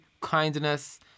kindness